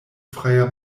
freier